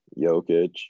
Jokic